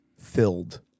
Filled